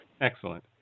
excellent